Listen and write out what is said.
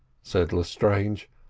said lestrange.